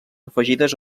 afegides